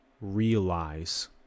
Realize